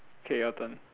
K your turn